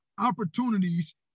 opportunities